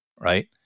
right